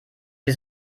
sie